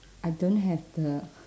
I don't have the